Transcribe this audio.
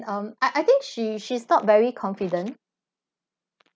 um I I think she she's not very confident